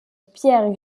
pierre